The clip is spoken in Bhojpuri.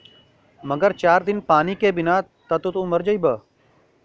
मगर चार दिन पानी के बिना त तू मरिए जइबा